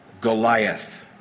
Goliath